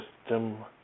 system